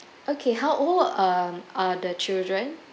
okay how old um are the children